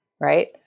right